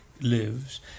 lives